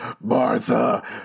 Martha